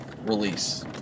release